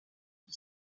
qui